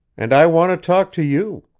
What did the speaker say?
and i want to talk to you.